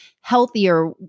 healthier